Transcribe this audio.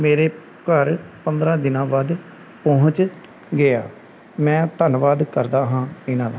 ਮੇਰੇ ਘਰ ਪੰਦਰ੍ਹਾਂ ਦਿਨਾਂ ਬਾਅਦ ਪਹੁੰਚ ਗਿਆ ਮੈਂ ਧੰਨਵਾਦ ਕਰਦਾ ਹਾਂ ਇਹਨਾਂ ਦਾ